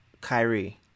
Kyrie